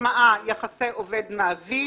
משמעה יחסי עובד-מעביד.